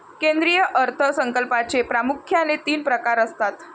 केंद्रीय अर्थ संकल्पाचे प्रामुख्याने तीन प्रकार असतात